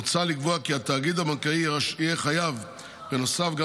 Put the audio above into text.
מוצע לקבוע כי התאגיד הבנקאי יהיה חייב בנוסף גם